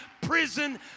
prison